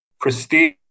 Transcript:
Prestige